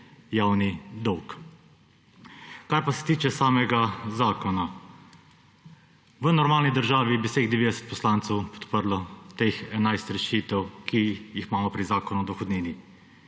javni dolg. Kar pa se tiče samega zakona. V normalni državi bi vseh 90 poslancev podprlo teh 11 rešitev, ki jih imamo pri zakonu o dohodnini.